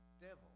devil